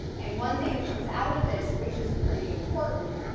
and one thing that comes out of this, which is pretty important,